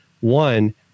One